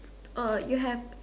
uh you have